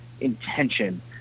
intention